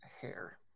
hair